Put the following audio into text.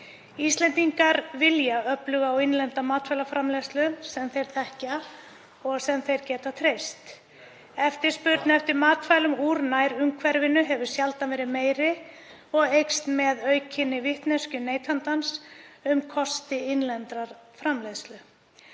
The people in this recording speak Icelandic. Íslendingar vilja öfluga og innlenda matvælaframleiðslu sem þeir þekkja og sem þeir geta treyst. Eftirspurn eftir matvælum úr nærumhverfinu hefur sjaldan verið meiri og eykst með aukinni vitneskju neytandans um kosti innlendrar framleiðslu.